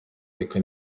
rica